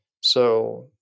So-